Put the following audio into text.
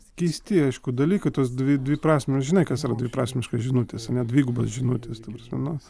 keisti aiškų dalykai tos dvi dviprasmio žinai kas yra dviprasmiškos žinutės ane dvigubas žinutes ta prasme nu